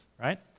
right